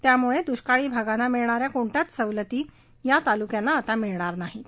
त्यामुळे दृष्काळी भागांना मिळणाऱ्या कोणत्याच सवलती आता या तालुक्यांना मिळणार नाहीत